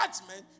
judgment